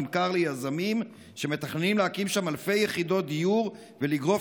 נמכר ליזמים שמתכננים להקים שם אלפי יחידות דיור ולגרוף